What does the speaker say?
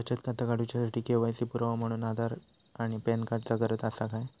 बचत खाता काडुच्या साठी के.वाय.सी पुरावो म्हणून आधार आणि पॅन कार्ड चा गरज आसा काय?